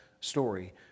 story